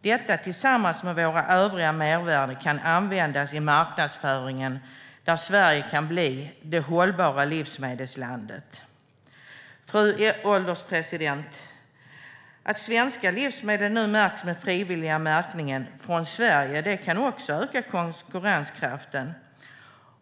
Detta tillsammans med våra övriga mervärden kan användas i marknadsföringen, där Sverige kan bli "det hållbara livsmedelslandet". Fru ålderspresident! Att svenska livsmedel nu märks med den frivilliga märkningen "Från Sverige" kan också öka konkurrenskraften.